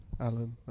Alan